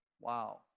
Wow